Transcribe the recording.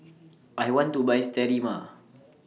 I want to Buy Sterimar